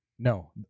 No